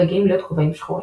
וגאים להיות כובעים שחורים.